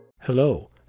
Hello